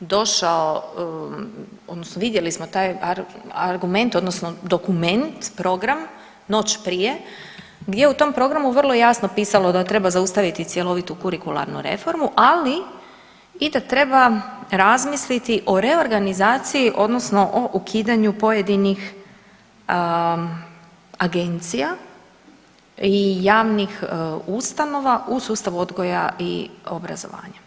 došao odnosno vidjeli smo taj argument odnosno dokument, program, noć prije gdje je u tom programu vrlo jasno pisalo da treba zaustaviti cjelovitu kurikularnu reformu, ali i da treba razmisliti o reorganizaciji odnosno o ukidanju pojedinih agencija i javnih ustanova u sustavu odgoja i obrazovanja.